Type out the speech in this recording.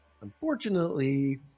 unfortunately